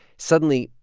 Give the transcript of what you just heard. suddenly,